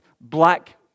black